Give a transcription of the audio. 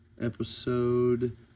episode